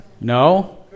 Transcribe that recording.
No